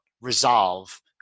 resolve